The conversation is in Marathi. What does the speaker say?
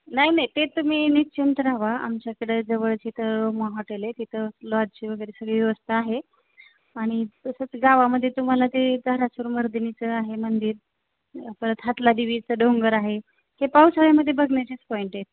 नाही नाही ते तुम्ही निश्चिंत रहावा आमच्याकडे जवळच इथं मग हॉटेल आहे तिथं लॉज वगैरे सगळी व्यवस्था आहे आणि तसंच गावामध्ये तुम्हाला ते धाराशिव मर्दिनीचं आहे मंदिर परत हातला देवीचं डोंगर आहे की पावसाळ्यामध्ये बघण्याचेच पॉईंट आहेत